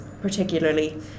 particularly